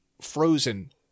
frozen